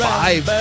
five